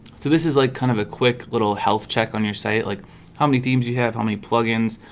so this is like kind of a quick little health check on your site. like how many themes you have? how many plugins?